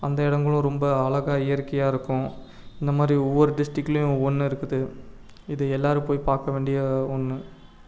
அந்த இடங்களும் ரொம்ப அழகா இயற்கையாக இருக்கும் இந்த மாதிரி ஒவ்வொரு டிஸ்ட்ரிக்லேயும் ஒவ்வொன்று இருக்குது இது எல்லாேரும் போய் பார்க்க வேண்டிய ஒன்று